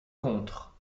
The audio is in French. contres